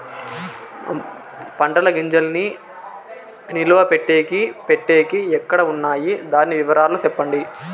పంటల గింజల్ని నిలువ పెట్టేకి పెట్టేకి ఎక్కడ వున్నాయి? దాని వివరాలు సెప్పండి?